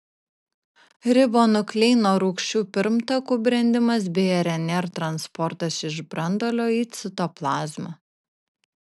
ribonukleino rūgščių pirmtakų brendimas bei rnr transportas iš branduolio į citoplazmą